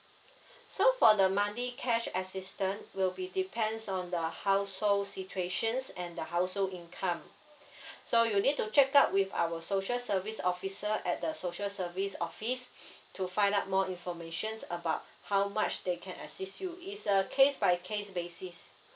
so for the money cash assistant will be depends on the household situations and the household income so you need to check out with our social service officer at the social service office to find out more informations about how much they can assist you is a case by case basis